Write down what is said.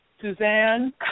Suzanne